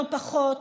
לא פחות,